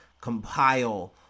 compile